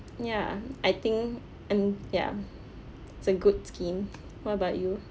ya I think and ya it's a good scheme what about you